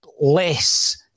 less